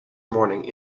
morning